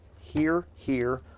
here, here,